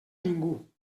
ningú